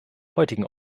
heutigen